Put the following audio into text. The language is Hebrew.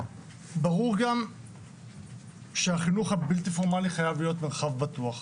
גם ברור שהחינוך הבלתי פורמלי חייב להיות מרחב בטוח.